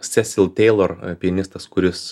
sesil teilor pianistas kuris